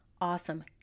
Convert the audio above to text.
awesome